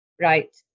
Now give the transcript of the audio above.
right